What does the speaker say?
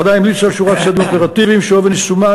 הוועדה המליצה על שורת צעדים אופרטיביים שאופן יישומם